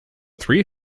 three